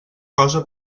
cosa